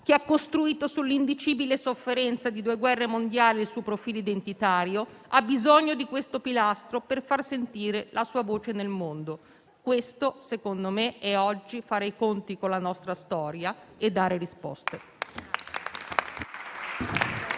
che ha costruito sull'indicibile sofferenza di due guerre mondiali il suo profilo identitario, ha bisogno di questo pilastro per far sentire la sua voce nel mondo. Questo, secondo me, è oggi fare i conti con la nostra storia e dare risposte.